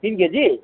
तिन केजी